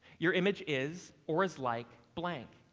your image is or is like blank.